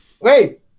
Wait